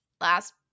last